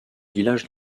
village